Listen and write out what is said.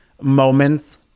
moments